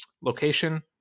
location